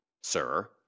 Sir